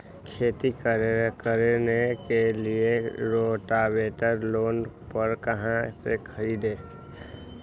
खेती करने के लिए रोटावेटर लोन पर कहाँ से खरीदे?